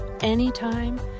anytime